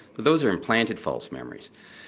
those are implanted false memories.